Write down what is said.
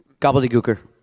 Gobbledygooker